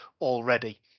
already